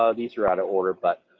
ah these are out of order, but,